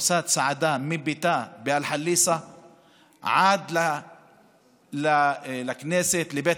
עושה צעדה מביתה באל-חליסה עד לכנסת ולבית